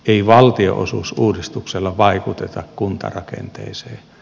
ei valtionosuusuudistuksella vaikuteta kuntarakenteeseen